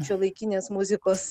šiuolaikinės muzikos